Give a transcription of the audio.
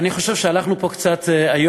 אני חושב שהלכנו היום,